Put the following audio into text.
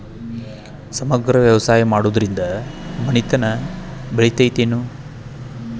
ಸಮಗ್ರ ವ್ಯವಸಾಯ ಮಾಡುದ್ರಿಂದ ಮನಿತನ ಬೇಳಿತೈತೇನು?